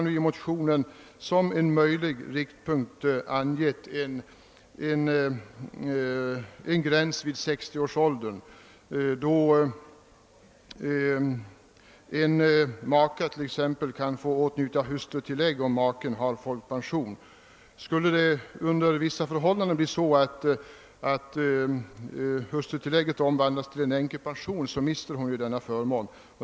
I de i år väckta motionerna har vi som en möjlig riktpunkt angett en gräns vid 60 års ålder, då t.ex. en maka kan få åtnjuta hustrutillägg om maken har folkpension. Om under vissa förhållanden hustrutillägget omvandlas till en änkepension, mister hon denna förmån.